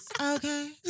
Okay